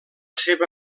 seva